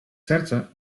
serca